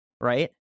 Right